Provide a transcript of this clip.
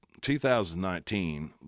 2019